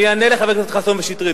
אני אענה לחברי הכנסת חסון ושטרית.